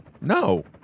No